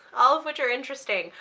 all of which are interesting,